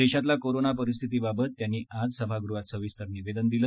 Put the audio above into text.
देशातल्या कोरोना परिस्थिती बाबत त्यांनी आज सभागृहात सविस्तर निवेदन दिलं